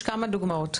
יש כמה דוגמאות.